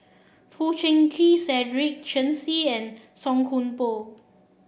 Foo Chee Keng Cedric Shen Xi and Song Koon Poh